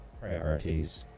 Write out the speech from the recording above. priorities